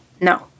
no